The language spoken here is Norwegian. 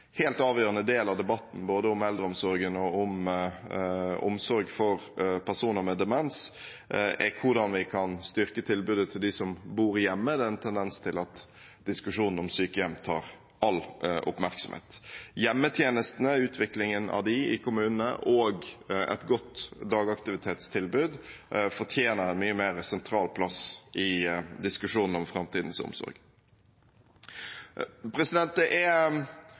helt avgjørende del av debatten, både om eldreomsorgen og om omsorg for personer med demens, er hvordan vi kan styrke tilbudet til dem som bor hjemme. Det er en tendens til at diskusjonen om sykehjem tar all oppmerksomhet. Utviklingen av hjemmetjenestene i kommunene og et godt dagaktivitetstilbud fortjener en mye mer sentral plass i diskusjonen om framtidens omsorg. Det er